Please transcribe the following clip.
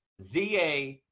ZA